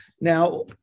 Now